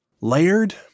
Layered